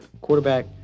quarterback